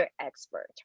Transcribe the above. expert